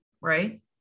Right